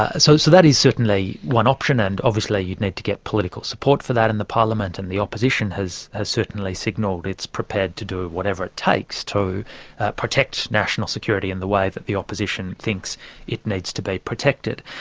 ah ah so so that is certainly one option, and obviously you'd need to get political support for that in the parliament, and the opposition has has certainly signalled it's prepared to do whatever it takes to protect national security in the way that the opposition thinks it needs to be protected.